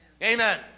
Amen